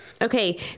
Okay